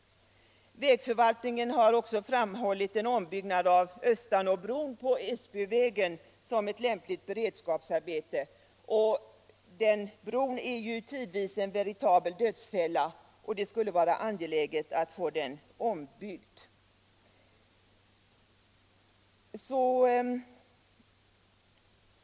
Vägförvaltningen har också framhållit en ombyggnad av Östanåbron på Edsbyvägen som ett lämpligt beredskapsarbete. Den bron är tidvis en veritabel dödsfälla, och det skulle vara angeläget att få den ombyggd.